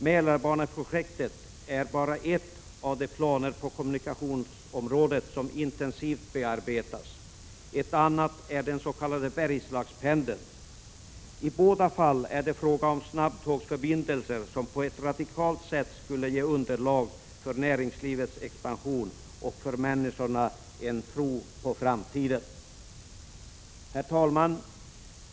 Mälarbaneprojektet är bara en av de planer på kommunikationsområdet som intensivt bearbetas. En annan är den s.k. Bergslagspendeln. I båda fallen är det fråga om snabbtågsförbindelser, som på ett radikalt sätt skulle ge underlag för näringslivets expansion och ge människorna en tro på framtiden. Herr talman!